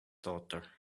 daughter